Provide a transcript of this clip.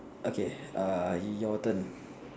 okay err your turn